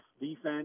defense